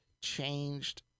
changed